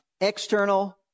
external